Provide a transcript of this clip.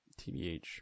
TBH